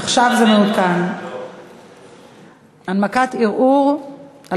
עכשיו זה מעודכן, הנמקת ערעור על